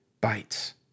bites